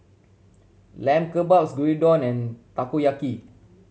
Lamb Kebabs Gyudon and Takoyaki